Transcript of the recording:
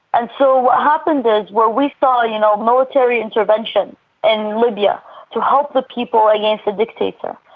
and so what happens is, where we saw you know military intervention in libya to help the people against the dictator,